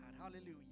Hallelujah